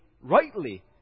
rightly